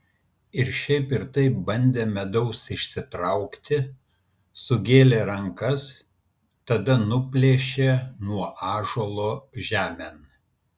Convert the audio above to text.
ir šiaip ir taip bandė medaus išsitraukti sugėlė rankas tada nuplėšė nuo ąžuolo žemėn